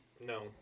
no